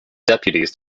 deputies